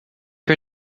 her